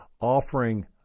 offering